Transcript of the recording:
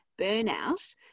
burnout